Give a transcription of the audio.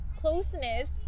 closeness